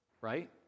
right